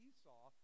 Esau